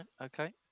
Okay